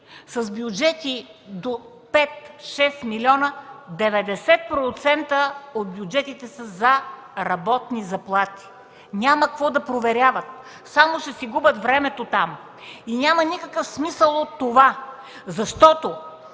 с бюджети до 5-6 милиона 90% от бюджетите са за работни заплати. Няма какво да проверяват, само ще си губят времето там! Няма никакъв смисъл от това, защото